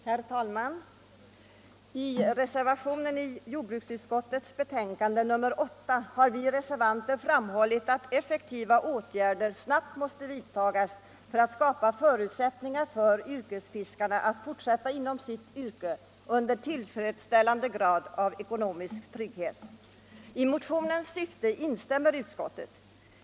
Herr talman! I reservationen till jordbruksutskottets betänkande nr 8 har vi reservanter framhållit att effektiva åtgärder snabbt måste vidtas för att skapa förutsättningar för yrkesfiskarna att fortsätta inom sitt yrke under tillfredsställande grad av ekonomisk trygghet. I motionens syfte instämmer utskottet.